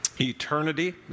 eternity